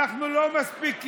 אנחנו לא מספיקים,